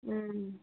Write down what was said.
ம் ம்